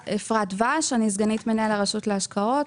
אני סגנית מנהל הרשות להשקעות,